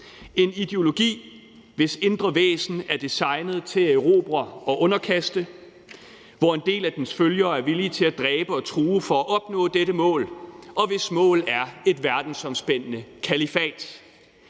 en ideologi, hvis indre væsen er designet til at erobre og underkaste, ud fra hvilken en del af dens følgere er villig til at dræbe og true for at opnå dette mål, og hvis mål er et verdensomspændende kalifat.